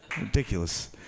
ridiculous